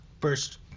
First